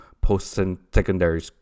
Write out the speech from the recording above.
post-secondary